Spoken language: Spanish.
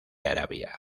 arabia